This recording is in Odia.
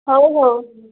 ହଉ ହଉ